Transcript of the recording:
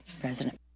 president